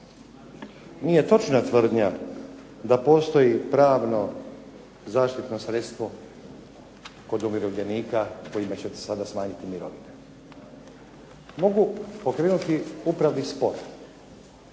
Nije točna tvrdnja da postoji pravno zaštitno sredstvo kod umirovljenika kojima ćete sada smanjiti mirovinu. Mogu pokrenuti upravni spor.